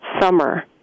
summer